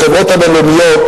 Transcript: שהחברות הבין-לאומיות,